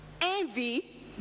envy